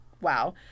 wow